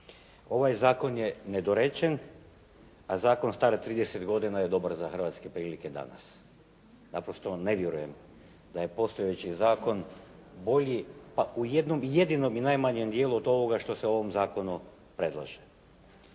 Ovaj zakon je nedorečen, a zakon star 30 godina je dobar za hrvatske prilike danas. Naprosto ne vjerujem da je postojeći zakon bolji pa u jednom jedinom i najmanjem dijelu od ovoga što se u ovom zakonu predlaže.